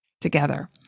together